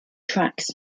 tracks